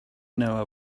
know